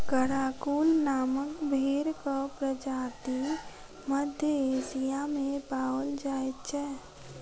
Karakul नामक भेंड़क प्रजाति मध्य एशिया मे पाओल जाइत छै